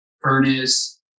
furnace